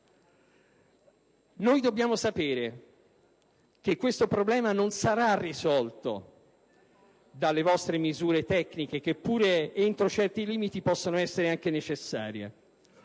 Dobbiamo sapere che questo problema non sarà risolto dalle vostre misure tecniche, che pure, entro certi limiti, possono essere necessarie.